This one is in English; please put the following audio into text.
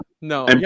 No